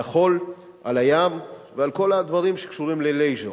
על החול, על הים ועל כל הדברים שקשורים ל-leisure,